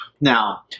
Now